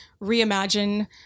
reimagine